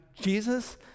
Jesus